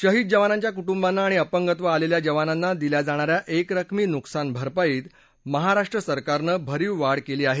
शहीद जवानांच्या कुटुंबांना आणि अपंगत्व आलेल्या जवानांना दिल्या जाणाऱ्या एक रकमी नुकसान भरपाईत महाराष्ट्र सरकारनं भरीव वाढ केली आहे